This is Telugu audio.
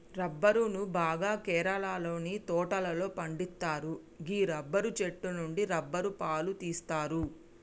రబ్బరును బాగా కేరళలోని తోటలలో పండిత్తరు గీ రబ్బరు చెట్టు నుండి రబ్బరు పాలు తీస్తరు